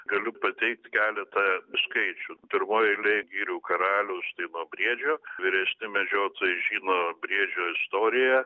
galiu pateikti keletą skaičių pirmoje eilėje girių karalius tai nuo briedžio vyresni medžiotojai žino briedžio istoriją